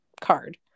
card